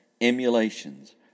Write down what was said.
emulations